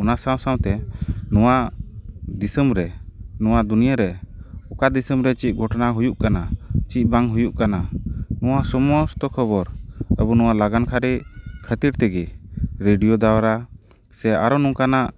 ᱚᱱᱟ ᱥᱟᱶ ᱥᱟᱶᱛᱮ ᱱᱚᱣᱟ ᱫᱤᱥᱚᱢ ᱨᱮ ᱱᱚᱣᱟ ᱫᱩᱱᱤᱭᱟᱹ ᱨᱮ ᱚᱠᱟ ᱫᱤᱥᱚᱢ ᱨᱮ ᱪᱮᱫ ᱜᱷᱚᱴᱚᱱᱟ ᱦᱩᱭᱩᱜ ᱠᱟᱱᱟ ᱪᱮᱫ ᱵᱟᱝ ᱦᱩᱭᱩᱜ ᱠᱟᱱᱟ ᱱᱚᱣᱟ ᱥᱚᱢᱚᱥᱛᱚ ᱠᱷᱚᱵᱚᱨ ᱟᱵᱚ ᱱᱚᱣᱟ ᱞᱟᱜᱟᱱᱠᱟᱹᱨᱤ ᱠᱷᱟᱹᱛᱤᱨ ᱛᱮᱜᱮ ᱨᱮᱰᱤᱭᱳ ᱫᱟᱣᱨᱟ ᱥᱮ ᱟᱨᱚ ᱱᱚᱝᱠᱟᱱᱟᱜ